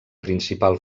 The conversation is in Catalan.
principal